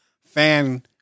fan